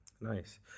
Nice